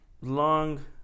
long